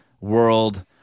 world